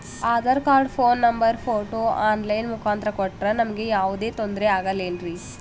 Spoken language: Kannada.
Aadhaar card, phone number, photo online ಮುಖಾಂತ್ರ ಕೊಟ್ರ ನಮಗೆ ಯಾವುದೇ ತೊಂದ್ರೆ ಆಗಲೇನ್ರಿ?